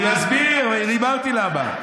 חוקקתם את זה, הוא יסביר, למה.